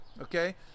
Okay